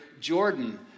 Jordan